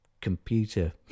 computer